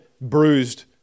bruised